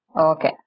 Okay